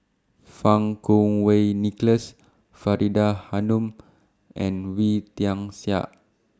Fang Kuo Wei Nicholas Faridah Hanum and Wee Tian Siak